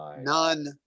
none